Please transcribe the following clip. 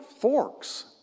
forks